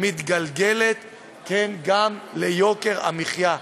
מתגלגלת גם אל יוקר המחיה,